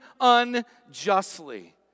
unjustly